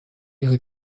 ihre